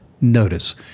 notice